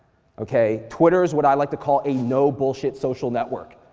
okay? twitter is what i like to call a no-bullshit social network.